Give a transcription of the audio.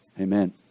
Amen